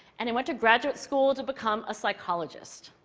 and i went to graduate school to become a psychologist.